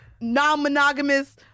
non-monogamous